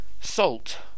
salt